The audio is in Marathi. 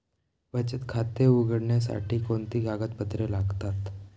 बचत खाते उघडण्यासाठी कोणती कागदपत्रे लागतात?